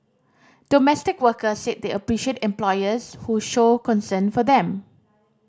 domestic workers said they appreciate employers who show concern for them